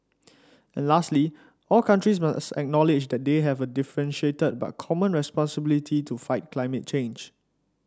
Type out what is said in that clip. and lastly all countries must acknowledge that they have a differentiated but common responsibility to fight climate change